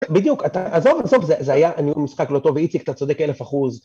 בדיוק, עזוב, עזוב, זה היה, אני משחק לא טוב, איציק, אתה צודק אלף אחוז.